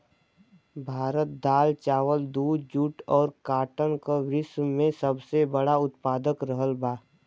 भारत दाल चावल दूध जूट और काटन का विश्व में सबसे बड़ा उतपादक रहल बा